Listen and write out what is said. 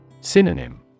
Synonym